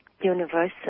universal